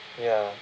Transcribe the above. ya